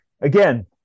again